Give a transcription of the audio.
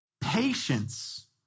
Patience